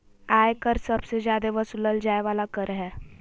आय कर सबसे जादे वसूलल जाय वाला कर हय